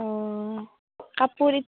অঁ